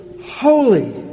holy